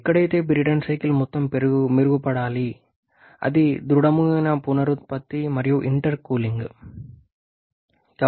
ఎక్కడైతే Brayton cycle మొత్తం మెరుగుపడాలి అది దృఢమైన పునరుత్పత్తి మరియు ఇంటర్కూలింగ్